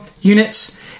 units